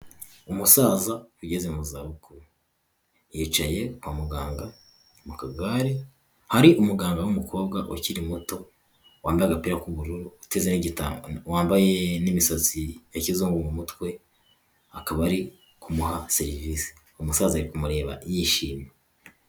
Umusaza ugeze mu zabukuru yicaye kwa muganga mu kagare hari umuganga w'umukobwa ukiri muto wambaye agapira ku'uburu uteze n'igitambaro wambaye n'ibisatsi yakizungu mu mutwe akaba ari kumuha serivise. Umusaza ari kumureba yishimye.